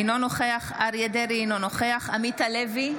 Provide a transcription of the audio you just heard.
אינו נוכח אריה מכלוף דרעי, אינו נוכח עמית הלוי,